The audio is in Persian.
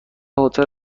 هتل